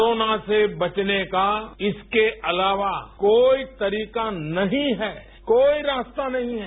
corona र्स बचने का इसके अलावा कोई तरीका नहीं है कोई रास्ता नहीं है